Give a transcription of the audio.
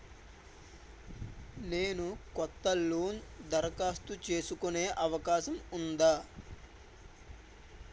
నేను కొత్త లోన్ దరఖాస్తు చేసుకునే అవకాశం ఉందా?